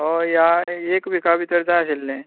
होय ह्या एक व्हीका भितर जाय आशिल्लें